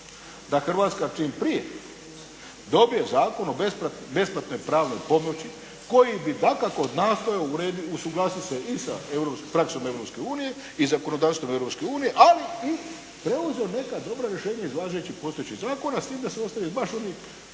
da Hrvatska čim prije dobije Zakon o besplatnoj pravnoj pomoći koji bi dakako nastojao usuglasit se i sa praksom Europske unije i zakonodavstvom Europske unije, ali i preuzeo neka dobra rješenja iz važećeg postojećeg zakona s tim da se ostave baš oni